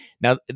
Now